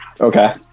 okay